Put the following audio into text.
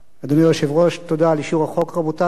אדוני היושב-ראש, תודה על אישור החוק, רבותי.